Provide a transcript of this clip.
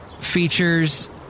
features